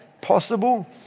possible